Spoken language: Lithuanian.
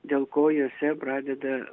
dėl ko jose pradeda